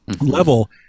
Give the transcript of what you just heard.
level